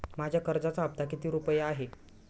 माझ्या कर्जाचा हफ्ता किती रुपये आहे?